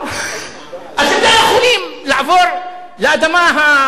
יכולים לעבור לאדמה הגנובה החדשה.